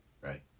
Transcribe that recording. right